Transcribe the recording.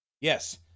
Yes